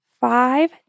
five